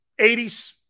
80s